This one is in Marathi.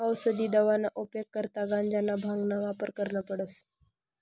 औसदी दवाना उपेग करता गांजाना, भांगना वापर करना पडस